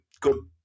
good